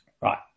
Right